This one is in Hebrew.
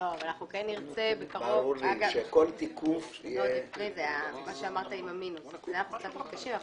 מה שאמרת לגבי המינוס היה קצת קשה.